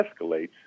escalates